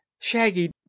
Shaggy